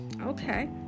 okay